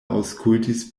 aŭskultis